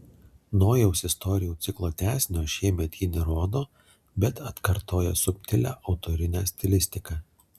nojaus istorijų ciklo tęsinio šiemet ji nerodo bet atkartoja subtilią autorinę stilistiką